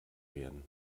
werden